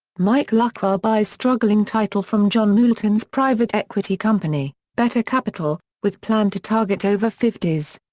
mike luckwell buys struggling title from jon moulton's private equity company, better capital, with plan to target over fifty s.